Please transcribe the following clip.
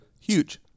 Huge